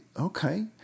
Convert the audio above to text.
okay